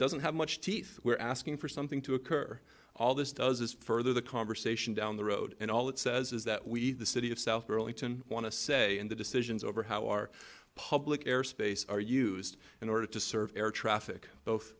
doesn't have much teeth were asking for something to occur all this does is further the conversation down the road and all it says is that we the city of south burlington want to say and the decisions over how our public air space are used in order to serve air traffic both